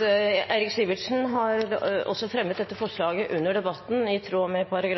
Eirik Sivertsen også har fremmet dette forslaget under debatten, i tråd med § 41,